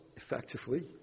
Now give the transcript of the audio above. Effectively